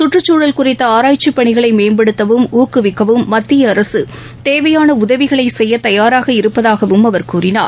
சுற்றுச்சூழல் குறித்த ஆராய்ச்சி பணிகளை மேம்படுத்தவும் ஊக்குவிக்கவும் மத்திய அரசு தேவையான உதவிகளை செய்ய தயாராக இருப்பதாகவும் அவர் கூறினார்